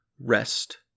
Rest